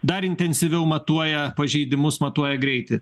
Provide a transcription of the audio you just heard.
dar intensyviau matuoja pažeidimus matuoja greitį